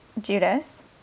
Judas